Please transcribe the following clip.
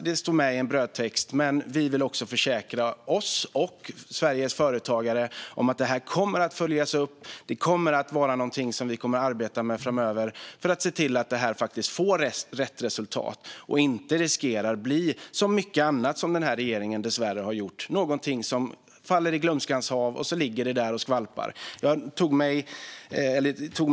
Det står med i en brödtext, men vi vill försäkra oss och Sveriges företagare om att detta kommer att följas upp och om att detta är någonting som vi kommer att arbeta med framöver för att se till att det får rätt resultat och inte riskerar att bli som mycket annat som den här regeringen dessvärre har gjort - någonting som faller i glömskans hav och ligger där och skvalpar.